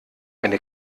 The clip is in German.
eine